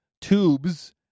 tubes